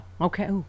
Okay